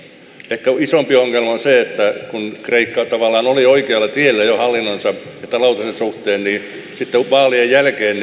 ehkä isompi ongelma on se että kun kreikka tavallaan jo oli oikealla tiellä hallintonsa ja taloutensa suhteen niin sitten vaalien jälkeen